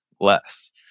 less